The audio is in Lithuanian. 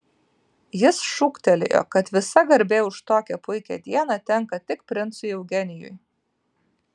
jis šūktelėjo kad visa garbė už tokią puikią dieną tenka tik princui eugenijui